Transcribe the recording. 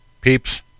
peeps